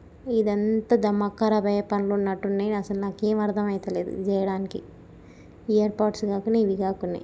ఇదంతా ధమాక్ ఖరాబయ్యే పనులున్నట్టున్నాయి అస్సలు నాకేం అర్థం అవుతలేదు ఇది చేయడానికి ఇయర్ పోడ్స్ కాకున్నాయి ఇవి కాకున్నాయి